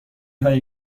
هایی